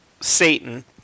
Satan